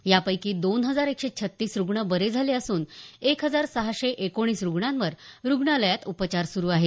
यापैकी दोन हजार एकशे छत्तीस रुग्ण बरे झाले असून एक हजार सहाशे एकोणीस रुग्णांवर रुग्णालयांत उपचार सुरू आहे